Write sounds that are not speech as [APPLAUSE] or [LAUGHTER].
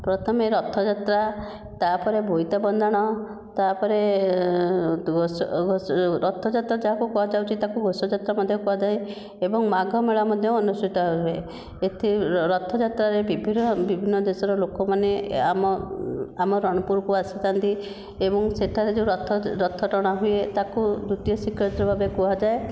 ପ୍ରଥମେ ରଥଯାତ୍ରା ତା'ପରେ ବୋଇତ ବନ୍ଦାଣ ତା'ପରେ ଘୋଷ ରଥଯାତ୍ରା ଯାହାକୁ କୁହାଯାଉଛି ତାକୁ ଘୋଷଯାତ୍ରା ମଧ୍ୟ କୁହାଯାଏ ଏବଂ ମାଘ ମେଳା ମଧ୍ୟ ଅନୁଷ୍ଠିତ ହୁଏ [UNINTELLIGIBLE] ରଥଯାତ୍ରା ରେ ବିଭିନ୍ନ ବିଭିନ୍ନ ଦେଶର ଲୋକମାନେ ଆମ ଆମ ରଣପୁରକୁ ଆସିଥାନ୍ତି ଏବଂ ସେଠାରେ ଯେଉଁ ରଥ ଟଣା ହୁଏ ତାକୁ ଦ୍ୱିତୀୟ ଶ୍ରୀକ୍ଷେତ୍ର ଭାବେ କୁହାଯାଏ